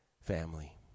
family